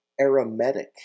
aromatic